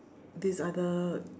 this other